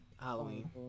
Halloween